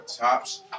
Tops